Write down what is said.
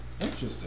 Interesting